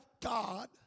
God